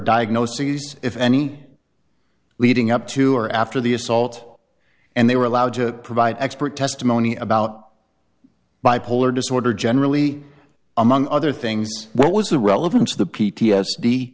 diagnoses if any leading up to or after the assault and they were allowed to provide expert testimony about bipolar disorder generally among other things what was the relevance of the p t s d